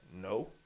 No